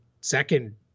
second